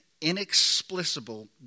inexplicable